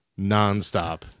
nonstop